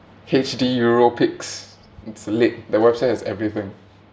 H_D europix it's lit the website has everything